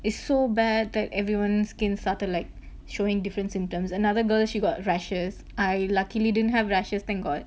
it's so bad that everyone's skin started showing different symptoms another girl she got rashes I luckily didn't have rashes thank god